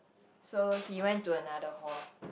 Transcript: so he went to another hall